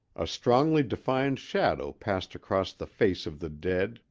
a strongly defined shadow passed across the face of the dead,